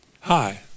Hi